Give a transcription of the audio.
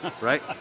right